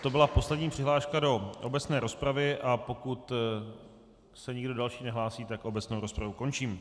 To byla poslední přihláška do obecné rozpravy, a pokud se nikdo další nehlásí, tak obecnou rozpravu končím.